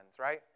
right